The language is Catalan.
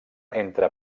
entre